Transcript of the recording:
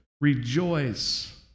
rejoice